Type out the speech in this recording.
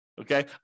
Okay